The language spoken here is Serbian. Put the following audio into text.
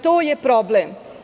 To je problem.